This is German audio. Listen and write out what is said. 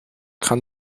kann